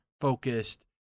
focused